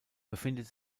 befindet